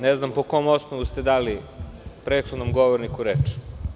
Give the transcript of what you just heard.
Ne znam po kom osnovu ste dali prethodnom govorniku reč?